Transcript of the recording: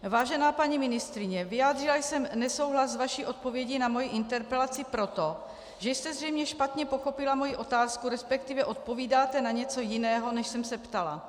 Vážená paní ministryně, vyjádřila jsem nesouhlas s vaší odpovědí na moji interpelaci proto, že jste zřejmě špatně pochopila moji otázku, respektive odpovídáte na něco jiného, než jsem se ptala.